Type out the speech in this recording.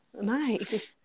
nice